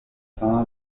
zona